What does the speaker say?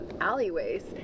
alleyways